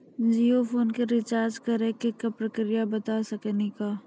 Jio phone के रिचार्ज करे के का प्रक्रिया बता साकिनी का?